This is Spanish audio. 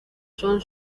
son